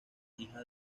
hija